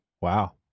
Wow